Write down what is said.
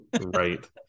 Right